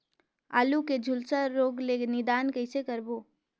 आलू के झुलसा रोग ले निदान कइसे करबो?